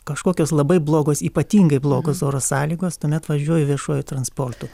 kažkokios labai blogos ypatingai blogos oro sąlygos tuomet važiuoju viešuoju transportu